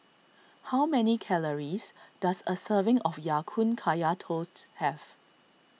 how many calories does a serving of Ya Kun Kaya Toast have